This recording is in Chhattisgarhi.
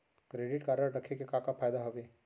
क्रेडिट कारड रखे के का का फायदा हवे?